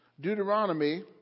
Deuteronomy